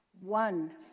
One